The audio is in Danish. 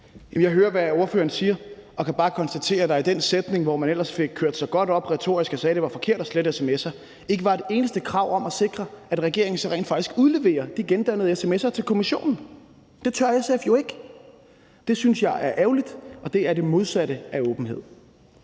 Jeg hører, hvad ordføreren siger, og kan bare konstatere, at der i den sætning, hvor man ellers fik kørt sig godt op retorisk og sagde, at det var forkert at slette sms'er, ikke var et eneste krav om at sikre, at regeringen så rent faktisk udleverer de gendannede sms'er til kommissionen. Det tør SF jo ikke. Det synes jeg er ærgerligt, og det er det modsatte af åbenhed.